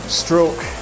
stroke